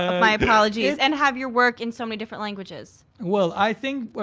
ah my apologies. and have your work in so many different languages. well, i think